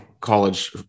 college